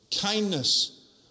kindness